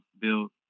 built